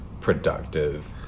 productive